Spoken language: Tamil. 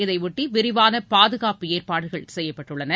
இதனையொட்டி விரிவான பாதுகாப்பு ஏற்பாடுகள் செய்யப்பட்டுள்ளன